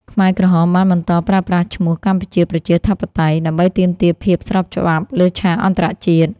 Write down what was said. ខ្មែរក្រហមបានបន្តប្រើប្រាស់ឈ្មោះ «កម្ពុជាប្រជាធិបតេយ្យ» ដើម្បីទាមទារភាពស្របច្បាប់លើឆាកអន្តរជាតិ។